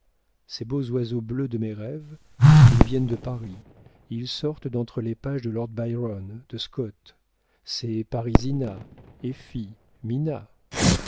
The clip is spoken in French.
ces beaux oiseaux bleus de mes rêves ils viennent de paris ils sortent d'entre les pages de lord byron de scott c'est parisina effie minna